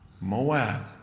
Moab